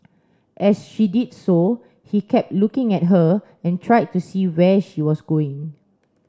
as she did so he kept looking at her and tried to see where she was going